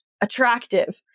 attractive